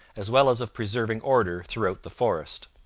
as well as of preserving order throughout the forest.